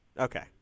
Okay